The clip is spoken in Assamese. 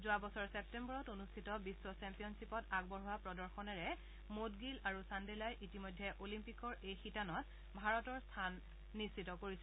যোৱা বছৰ ছেপ্তেম্বৰত অনুষ্ঠিত বিখ্ চেম্পিয়নখিপত আগবঢ়োৱা প্ৰদৰ্শনৰে মৌদগিল আৰু চাণ্ডেলাই ইতিমধ্যে অলিম্পিকৰ এই শিতানত ভাৰতৰ স্থান নিশ্চিত কৰিছে